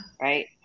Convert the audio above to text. Right